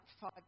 five